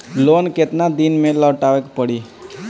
Loan केतना दिन में लौटावे के पड़ी?